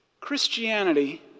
Christianity